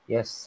Yes